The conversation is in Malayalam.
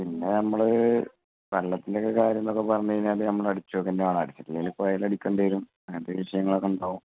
പിന്നെ നമ്മൾ വള്ളത്തിൻ്റെ ഒക്കെ കാര്യമെന്ന് ഒക്കെ പറഞ്ഞു കഴിഞ്ഞാൽ നമ്മൾ അടിച്ചുകൊടുക്കേണ്ടതാണ് പോയാൽ അടിക്കേണ്ടി വരും അങ്ങനത്തെ വിഷയങ്ങളൊക്കെ ഉണ്ടാകും